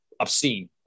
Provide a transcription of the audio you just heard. obscene